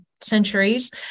centuries